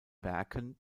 werken